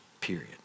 period